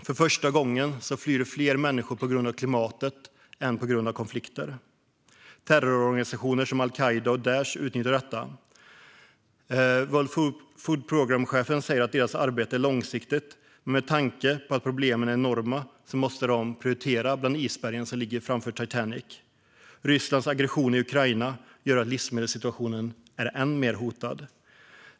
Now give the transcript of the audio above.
För första gången flyr fler människor på grund av klimatet än på grund av konflikter. Terrororganisationer som al-Qaida och Daish utnyttjar detta. Chefen för World Food Programme säger att deras arbete är långsiktigt men att de med tanke på att problemen är enorma måste prioritera bland isbergen som ligger framför Titanic. Rysslands aggression i Ukraina gör att livsmedelssituationen är än mer hotad.